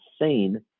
insane